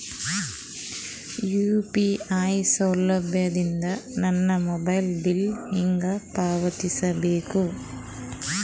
UPI ಸೌಲಭ್ಯ ಇಂದ ನನ್ನ ಮೊಬೈಲ್ ಬಿಲ್ ಹೆಂಗ್ ಪಾವತಿಸ ಬೇಕು?